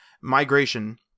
migration